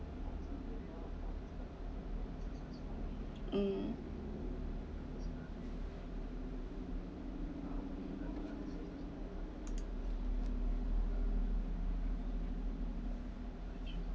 um